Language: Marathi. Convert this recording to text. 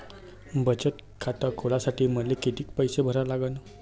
बचत खात खोलासाठी मले किती पैसे भरा लागन?